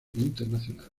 internacional